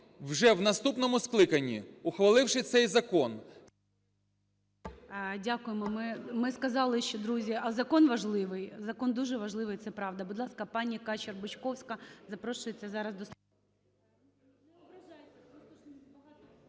вже в наступному скликанні, ухваливши цей закон…